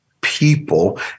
people